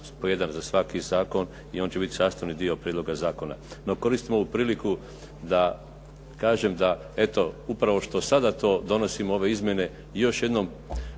po jedan za svaki zakon i on će biti sastavni dio prijedloga zakona. No, koristim ovu priliku da kažem da eto upravo što sada to donosimo ove izmjene i još jednom